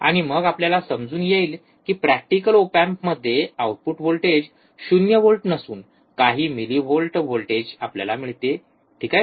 आणि मग आपल्याला समजून येईल की प्रॅक्टिकल ओप एम्पमध्ये आउटपुट व्होल्टेज 0 व्होल्ट नसून काही मिलिव्होल्ट व्होल्टेज आपल्याला मिळते ठीक आहे